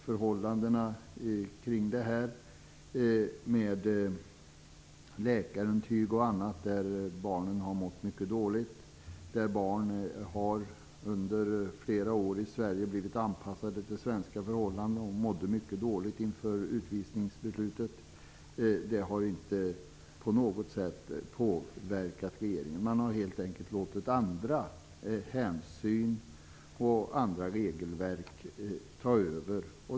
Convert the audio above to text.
Förhållandena kring läkarintyg och annat som visar att barnen har mått mycket dåligt och det faktum att barnen under flera år i Sverige har blivit anpassade till svenska förhållanden och mådde mycket dåligt inför utvisningsbeslutet har inte på något sätt påverkat regeringen. Den har helt enkelt låtit andra hänsyn och andra regelverk ta över.